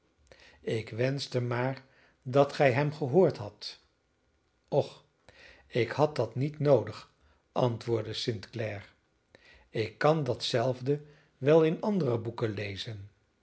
ik wenschte maar dat gij hem gehoord hadt och ik had dat niet noodig antwoordde st clare ik kan dat zelfde wel in andere boeken lezen